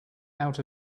out